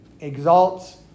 exalts